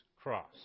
Cross